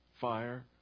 Fire